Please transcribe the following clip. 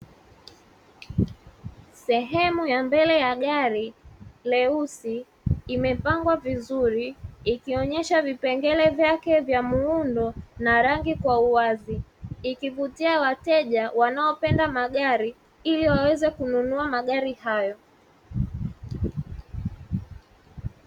Sehemu ya mbele ya gari leusi imepangwa vizuri, ikionyesha vipengele vyake vya muundo na rangi kwa uwazi ikivutia wateja wanaopenda magari ili waweze kununua magari hayo.